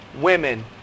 women